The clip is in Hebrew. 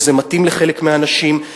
וזה מתאים לחלק מהאנשים,